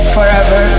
Forever